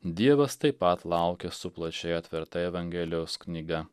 dievas taip pat laukia su plačiai atverta evangelijos knyga